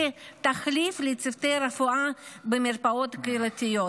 כתחליף לצוותי רפואה במרפאות הקהילתיות,